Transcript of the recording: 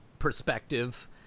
perspective